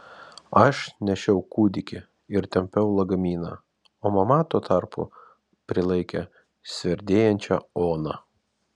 aš nešiau kūdikį ir tempiau lagaminą o mama tuo tarpu prilaikė sverdėjančią oną